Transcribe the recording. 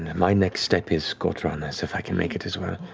my next step is ghor dranas, if i can make it as well.